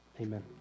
Amen